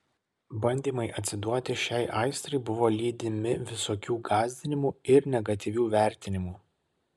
bandymai atsiduoti šiai aistrai buvo lydimi visokių gąsdinimų ir negatyvių vertinimų